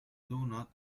doughnut